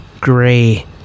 gray